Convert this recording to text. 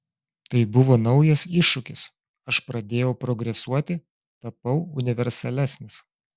tai buvo naujas iššūkis aš pradėjau progresuoti tapau universalesnis